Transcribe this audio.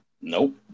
Nope